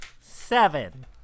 seven